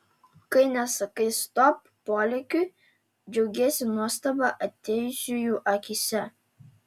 kai nesakai stop polėkiui džiaugiesi nuostaba atėjusiųjų akyse